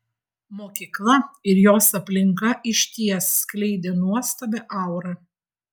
mokykla ir jos aplinka išties skleidė nuostabią aurą